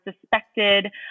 suspected